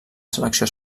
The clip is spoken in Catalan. selecció